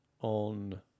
on